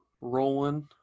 rolling